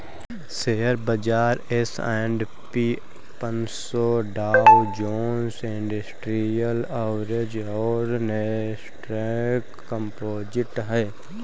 share बाजार S and P पनसो Dow Jones industrial average और नैस्डैक कंपोजिट है